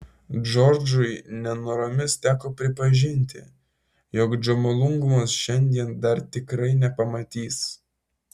džordžui nenoromis teko pripažinti jog džomolungmos šiandien dar tikrai nepamatys